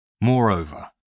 moreover